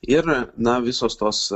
ir na visos tos